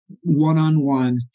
one-on-one